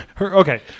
Okay